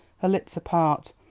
her lips apart,